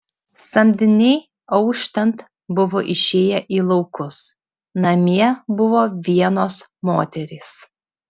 samdiniai auštant buvo išėję į laukus namie buvo vienos moterys